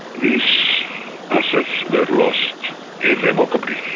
these assets were lost irrevocably.